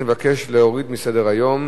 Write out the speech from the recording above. מבקש להוריד מסדר-היום.